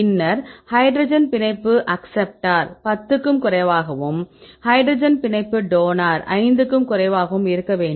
பின்னர் ஹைட்ரஜன் பிணைப்பு அக்செப்டார் 10 க்கும் குறைவாகவும் ஹைட்ரஜன் பிணைப்பு டோனர் 5 க்கும் குறைவாகவும் இருக்க வேண்டும்